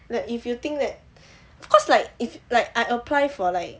like if you think that cause like if like I apply for like